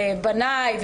בנאי,